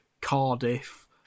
Cardiff